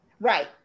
Right